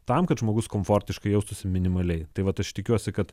tam kad žmogus komfortiškai jaustųsi minimaliai tai vat aš tikiuosi kad